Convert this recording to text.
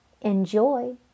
Enjoy